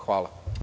Hvala.